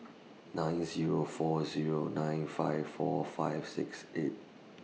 nine Zero four Zero nine five four five six eight